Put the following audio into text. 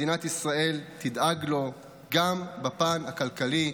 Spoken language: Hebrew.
מדינת ישראל תדאג לו גם בפן הכלכלי,